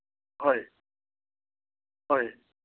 ꯍꯣꯏ ꯍꯣꯏ